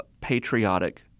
patriotic